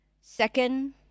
Second